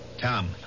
Tom